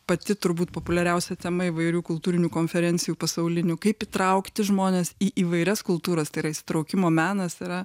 pati turbūt populiariausia tema įvairių kultūrinių konferencijų pasaulinių kaip įtraukti žmones į įvairias kultūras tai yra įsitraukimo menas yra